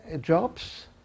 jobs